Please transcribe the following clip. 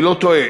אני לא טועה,